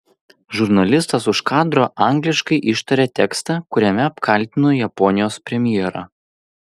žurnalistas už kadro angliškai ištarė tekstą kuriame apkaltino japonijos premjerą